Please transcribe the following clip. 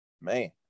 Man